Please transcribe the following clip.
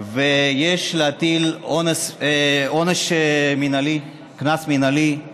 ויש להטיל עונש מינהלי, קנס מינהלי,